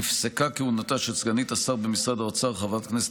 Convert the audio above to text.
נפסקה כהונתה של סגנית השר במשרד האוצר חברת הכנסת